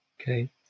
okay